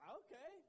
okay